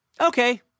Okay